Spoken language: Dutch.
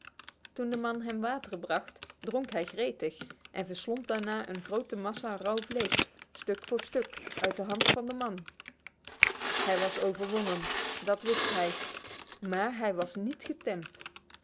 toen de man hem water bracht dronk hij gretig en verslond daarna een grote massa rauw vlees stuk voor stuk uit de hand van den man hij was overwonnen dat wist hij maar hij was niet getemd